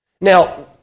Now